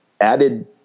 added